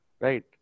right